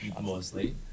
mostly